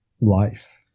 life